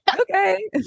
Okay